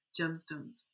gemstones